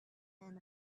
and